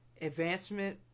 Advancement